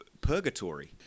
purgatory